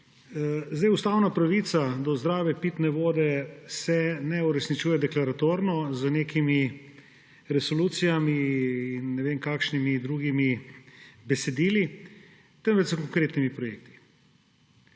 Ustavna pravica do zdrave pitne vode se ne uresničuje deklaratorno z nekimi resolucijami in ne vem kakšnimi drugimi besedili, temveč s konkretnimi projekti.